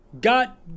got